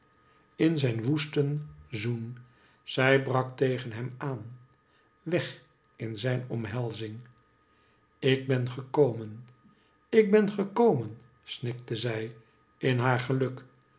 in zijn woesten zoen zij brak tegen hem aan weg in zijn omhelzing ik ben gekomen ik ben gekomen snikte zij in haar geluk